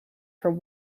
for